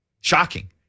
Shocking